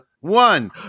one